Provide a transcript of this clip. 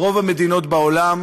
ברוב המדינות בעולם